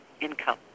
income